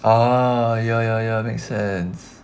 ah ya ya ya make sense